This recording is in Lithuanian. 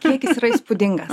kiekis yra įspūdingas